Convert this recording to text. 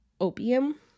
opium